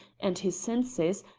and his senses,